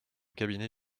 cabinet